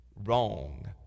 wrong